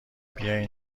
بیاین